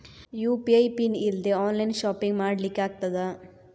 UPI PIN ಇಲ್ದೆ online shopping ಮಾಡ್ಲಿಕ್ಕೆ ಆಗ್ತದಾ?